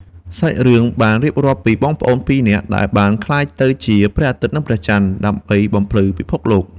សាច់រឿងបានរៀបរាប់ពីបងប្អូនពីរនាក់ដែលបានក្លាយទៅជាព្រះអាទិត្យនិងព្រះចន្ទ ដើម្បីបំភ្លឺពិភពលោក។